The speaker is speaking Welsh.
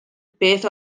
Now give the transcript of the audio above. beth